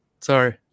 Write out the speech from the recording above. Sorry